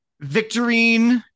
Victorine